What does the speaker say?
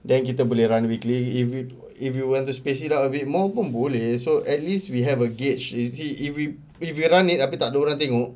then kita boleh run weekly if you if you want to spice it up a bit more pun boleh so at least we have a gauge to see if we if we run it habis tak ada orang tengok